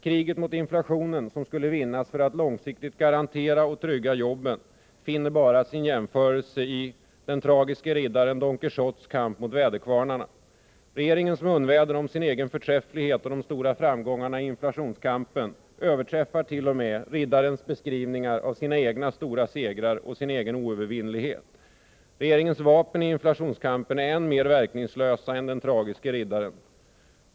Kriget mot inflationen, som skulle vinnas för att långsiktigt garantera och trygga jobben, finner bara sin jämförelse i riddaren Don Quijotes kamp mot väderkvarnarna. Regeringens munväder om sin egen förträfflighet och de stora framgångarna i inflationskampen överträffar t.o.m. riddarens beskrivningar av sina egna stora segrar och sin egen oövervinnelighet. Regeringens vapen i inflationskampen är ännu mer verkningslösa än den tragiske riddarens.